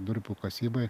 durpių kasybai